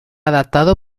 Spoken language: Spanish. adaptado